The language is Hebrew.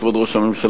כבוד ראש הממשלה,